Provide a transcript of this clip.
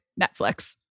Netflix